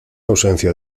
ausencia